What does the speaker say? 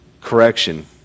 Correction